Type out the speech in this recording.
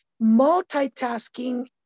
Multitasking